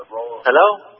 Hello